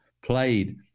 played